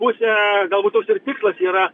pusę galbūt toks ir tikslas yra